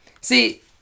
see